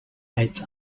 eighth